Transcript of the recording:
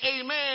amen